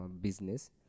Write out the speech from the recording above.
business